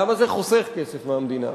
למה זה חוסך כסף למדינה?